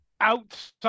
outside